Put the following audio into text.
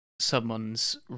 someone's